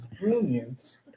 brilliance